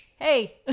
Hey